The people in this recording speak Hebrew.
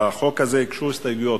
לחוק הזה הוגשו הסתייגויות,